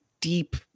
deep